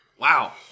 Wow